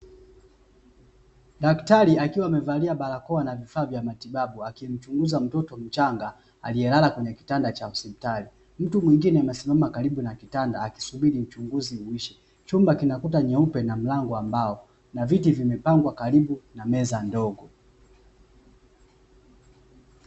Daktari akiwa amevalia barakoa na vifaa vya matibabu akimchunguza mtoto mchanga aliyelala kitandani huku mtu mwingine akiwa amekaa pembeni chumba kina kuta nyeupe na milango wa mbao na viti vimepangwa karbu na meza ndogo